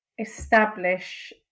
establish